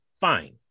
fine